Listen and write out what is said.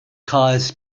cause